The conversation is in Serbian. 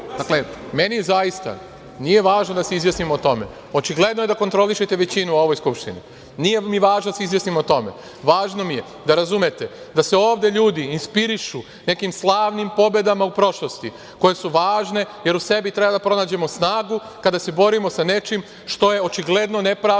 Dakle, meni zaista nije važno da se izjasnimo o tome. Očigledno je da kontrolišete većinu u ovoj Skupštini. Nije mi važno da se izjasnimo o tome, važno mi je da razumete da se ovde ljudi inspirišu nekim slavnim pobedama u prošlosti koje su važne, jer u sebi treba da pronađemo snagu kada se borimo sa nečim što je očigledno nepravda